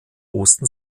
osten